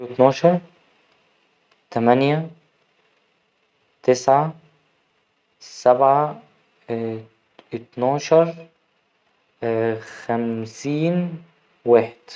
اتناشر تمانية تسعة سبعة اتناشر خمسين واحد